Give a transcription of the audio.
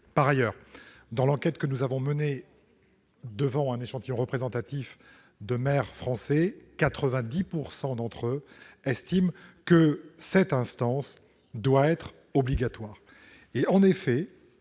Par ailleurs, dans l'enquête que nous avons menée auprès d'un échantillon représentatif de maires français, 90 % des élus sondés estimaient que cette instance devait être obligatoire.